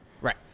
Right